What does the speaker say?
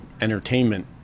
entertainment